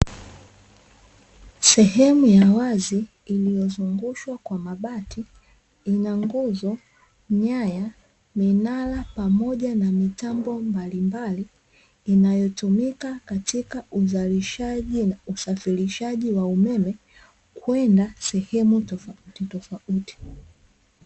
Sehemu ya wazi iliyozungushwa kwa mabati, ina nguzo, nyaya, minara, pamoja na mitambo mbalimbali, inayotumika katika uzalishaji na usafirishaji wa umeme, kwenda sehemu tofautitofauti.